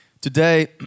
Today